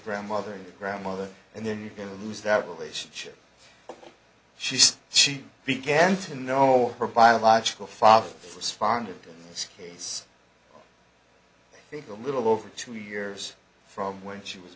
grandmother your grandmother and then you can lose that relationship she says she began to know her biological father responded to this case i think a little over two years from when she was